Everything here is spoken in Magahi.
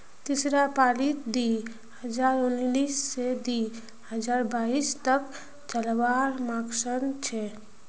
तीसरा पालीत दी हजार उन्नीस से दी हजार बाईस तक चलावार मकसद छे